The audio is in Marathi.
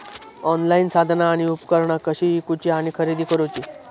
ऑनलाईन साधना आणि उपकरणा कशी ईकूची आणि खरेदी करुची?